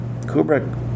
Kubrick